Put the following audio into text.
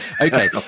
Okay